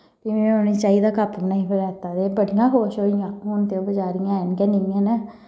फ्ही में उ'नें गी चाई दा कप्प बनाइयै पलैता ते बड़ियां खुश होइयां हून ते बचैरियां हैन गै नेईं हैन न